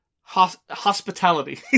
hospitality